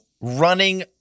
running